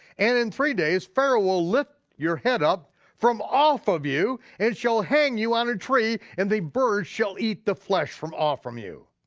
and in three days, pharaoh will lift your head up from off of you and shall hang you on a tree and the birds shall eat the flesh from off of you.